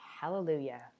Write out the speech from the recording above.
hallelujah